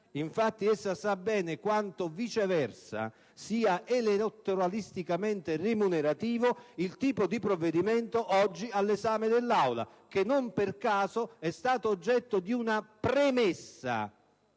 infatti, essa sa bene quanto sia, viceversa, elettoralisticamente remunerativo il tipo di provvedimento oggi all'esame dell'Aula, che non per caso è stato oggetto di una premessa